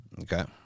Okay